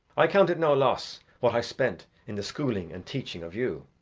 i count it no loss what i spent in the schooling and teaching of you.